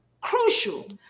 Crucial